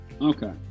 Okay